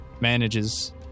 manages